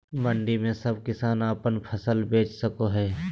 मंडी में सब किसान अपन फसल बेच सको है?